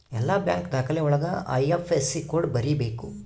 ಎಲ್ಲ ಬ್ಯಾಂಕ್ ದಾಖಲೆ ಒಳಗ ಐ.ಐಫ್.ಎಸ್.ಸಿ ಕೋಡ್ ಬರೀಬೇಕು